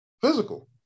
Physical